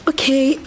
Okay